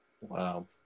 Wow